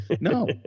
no